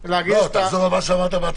לתפקד בצורה עצמאית,